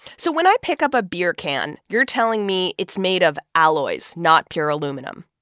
so when i pick up a beer can, you're telling me it's made of alloys, not pure aluminum?